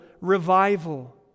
revival